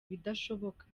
bidashoboka